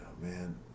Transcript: man